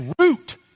root